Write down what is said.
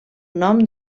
nom